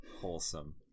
wholesome